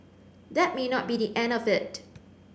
that may not be the end of it